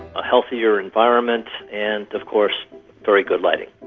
a healthier environment, and of course very good lighting.